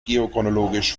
geochronologisch